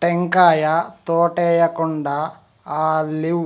టెంకాయ తోటేయేకుండా ఆలివ్